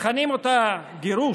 מכנים אותה "גירוש",